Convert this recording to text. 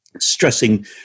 stressing